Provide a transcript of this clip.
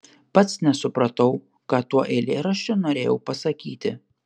pats nesupratau ką tuo eilėraščiu norėjau pasakyti